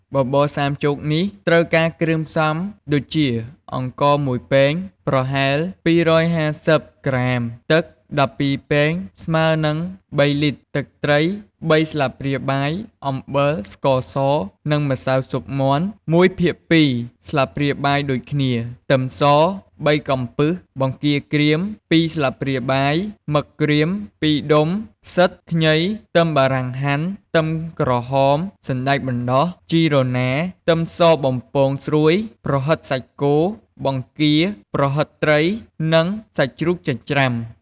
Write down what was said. បបរសាមចូកនេះត្រូវការគ្រឿងផ្សំដូចជា អង្ករ ១ ពែង ប្រហែល ២៥០ ក្រាម ទឹក ១២ ពែង ស្មើនឹង ៣ លីត្រ ទឹកត្រី ៣ ស្លាបព្រាបាយ អំបិល ស្ករស និងម្សៅស៊ុបមាន់ ១ភាគ២ ស្លាបព្រាបាយដូចគ្នា ខ្ទឹមស ៣ កំពឹស បង្គាក្រៀម ២ ស្លាបព្រាបាយ មឹកក្រៀម ២ ដុំ ផ្សិត ខ្ញី ខ្ទឹមបារាំងហាន់ ខ្ទឹមក្រហម សណ្ដែកបណ្ដុះ ជីរណារ ខ្ទឹមសបំពងស្រួយ ប្រហិតសាច់គោ បង្គា ប្រហិតត្រី និង សាច់ជ្រូកចិញ្ច្រាំ ។